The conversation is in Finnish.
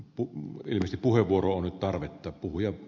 pu yksi puheenvuoro nyt sitten asemoida